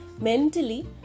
mentally